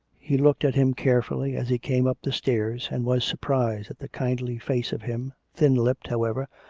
he looked at him carefully as he came up the stairs, and was surprised at the kindly face of him, thin-lipped, however,